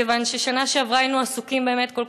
מכיוון שבשנה שעברה היינו עסוקים באמת כל